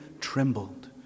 trembled